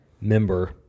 member